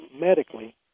medically